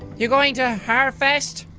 you going to harfest?